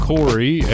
Corey